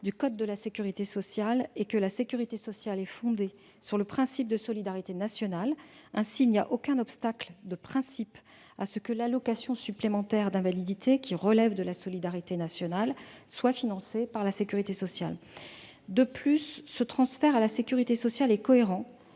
du code de la sécurité sociale :« La sécurité sociale est fondée sur le principe de solidarité nationale. » Il n'y a donc aucun obstacle de principe à ce que l'allocation supplémentaire d'invalidité, qui relève de la solidarité nationale, soit financée par la sécurité sociale. De plus, ce transfert à la sécurité sociale est cohérent,